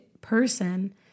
person